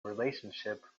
relationship